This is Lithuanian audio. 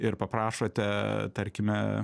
ir paprašote tarkime